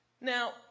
Now